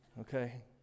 okay